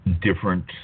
different